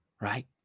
right